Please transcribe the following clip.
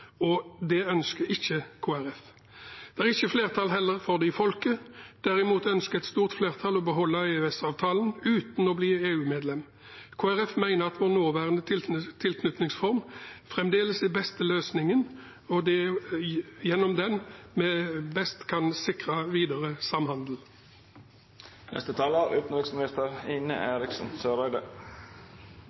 stort flertall å beholde EØS-avtalen uten å bli EU-medlem. Kristelig Folkeparti mener at vår nåværende tilknytningsform fremdeles er den beste løsningen, og det er gjennom den vi best kan sikre videre